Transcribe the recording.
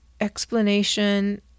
explanation